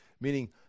meaning